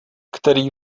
který